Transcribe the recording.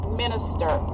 minister